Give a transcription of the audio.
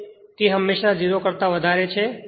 K હંમેશાં 0 કરતા વધારે છે